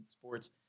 sports